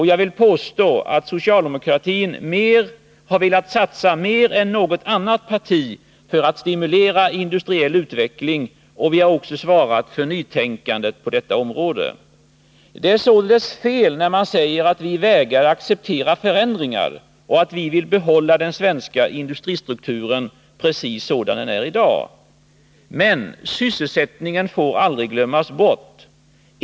Jag vill påstå att socialdemokratin har velat satsa mer än något annat parti för att stimulera industriell utveckling, och vi har också svarat för nytänkandet på detta område. Det är således fel när man säger att vi vägrar acceptera förändringar och att vi vill behålla den svenska industristrukturen precis sådan den är i dag. Men sysselsättningen får aldrig glömmas bort.